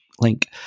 link